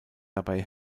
dabei